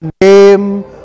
name